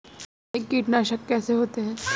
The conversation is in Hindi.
रासायनिक कीटनाशक कैसे होते हैं?